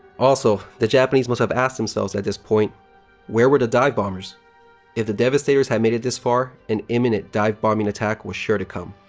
also, the japanese must have asked themselves at this point where were the dive-bombers? if the devastators had made it this far, an imminent dive-bombing attack was sure to come.